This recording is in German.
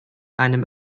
einem